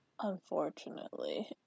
unfortunately